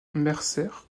mercer